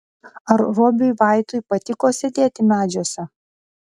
ar robiui vaitui patiko sėdėti medžiuose